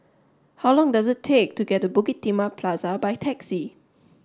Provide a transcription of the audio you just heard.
how long does it take to get to Bukit Timah Plaza by taxi